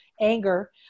anger